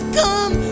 come